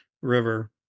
River